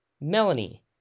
Melanie